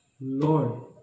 Lord